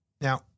Now